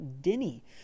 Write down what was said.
Denny